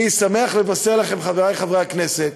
אני שמח לבשר לכם, חברי חברי הכנסת,